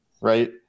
right